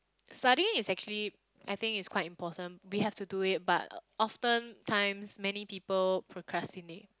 studying is actually I think it's quite important we have to do it but often times many people procrastinate